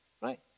right